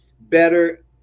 better